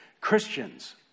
Christians